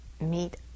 meet